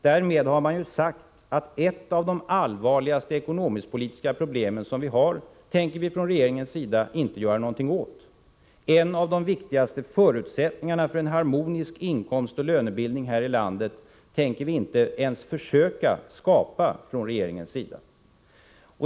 Därmed har han ju sagt att ett av de allvarligaste ekonomisk-politiska problem som vi har tänker regeringen inte göra någonting åt. En av de viktigaste förutsättningarna för en harmonisk inkomstoch lönebildning i det här landet tänker man inte ens försöka skapa från regeringens sida.